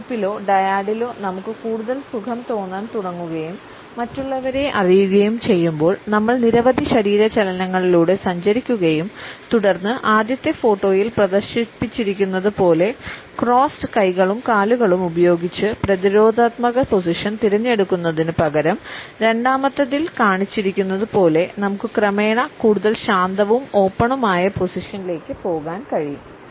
ഒരു ഗ്രൂപ്പിലോ ഡയാഡിലോ നമുക്ക് കൂടുതൽ സുഖം തോന്നാൻ തുടങ്ങുകയും മറ്റുള്ളവരെ അറിയുകയും ചെയ്യുമ്പോൾ നമ്മൾ നിരവധി ശരീര ചലനങ്ങളിലൂടെ സഞ്ചരിക്കുകയും തുടർന്ന് ആദ്യത്തെ ഫോട്ടോയിൽ പ്രദർശിപ്പിച്ചിരിക്കുന്നതുപോലെ ക്രോസ്ഡ് കൈകളും കാലുകളും ഉപയോഗിച്ച് പ്രതിരോധാത്മക പൊസിഷൻ തിരഞ്ഞെടുക്കുന്നതിന് പകരം രണ്ടാമത്തേതിൽ കാണിച്ചിരിക്കുന്നതുപോലെ നമുക്ക് ക്രമേണ കൂടുതൽ ശാന്തവും ഓപ്പണുമായ പൊസിഷൻലേക്ക് പോകാൻ കഴിയും